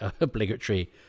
obligatory